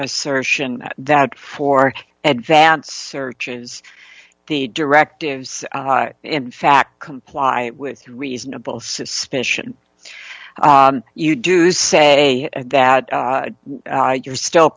assertion that for advance searches the directives are in fact comply with reasonable suspicion you do say that you're still